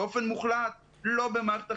בפעם הקודמת זה לא עבד, זה עבד אולי בדיוק שבוע.